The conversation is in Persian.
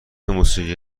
موسیقی